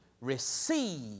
receive